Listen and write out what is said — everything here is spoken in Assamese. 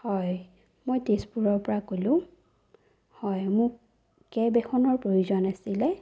হয় মই তেজপুৰৰ পৰা ক'লো হয় মোক কেব এখনৰ প্ৰয়োজন আছিলে